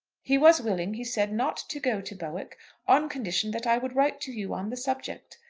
he was willing, he said, not to go to bowick on condition that i would write to you on the subject.